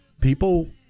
people